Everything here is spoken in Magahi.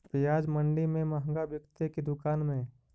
प्याज मंडि में मँहगा बिकते कि दुकान में?